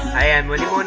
i am